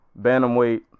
Bantamweight